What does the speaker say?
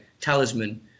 talisman